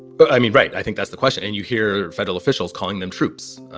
but i mean. right. i think that's the question. and you hear federal officials calling them troops,